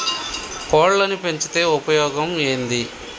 కోళ్లని పెంచితే ఉపయోగం ఏంది?